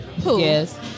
Yes